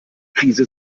krise